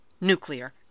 Nuclear